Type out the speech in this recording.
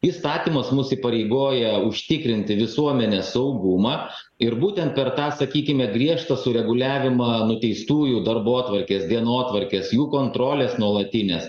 įstatymas mus įpareigoja užtikrinti visuomenės saugumą ir būtent per tą sakykime griežtą sureguliavimą nuteistųjų darbotvarkės dienotvarkės jų kontrolės nuolatinės